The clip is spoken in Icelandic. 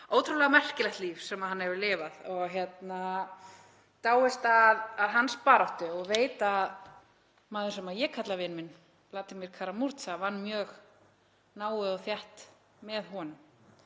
ótrúlega merkilegt líf sem hann hefur lifað og dáist að hans baráttu og veit að maður sem ég kalla vin minn, Vladímír Kara-Murza, vann mjög náið og þétt með honum